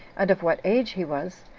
and of what age he was,